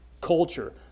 culture